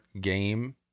game